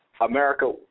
America